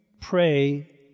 pray